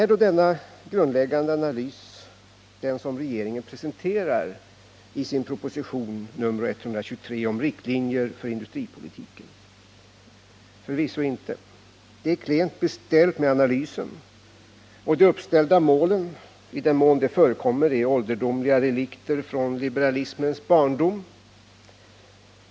Är då denna grundläggande analys den som regeringen presenterar i sin proposition 123 om riktlinjer för industripolitiken? Förvisso inte. Det är klent med analysen. De uppställda målen, i den mån de förekommer, är ålderdomliga relikter från liberalismens barndom.